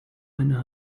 eine